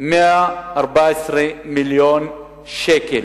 114 מיליון שקל,